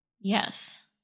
Yes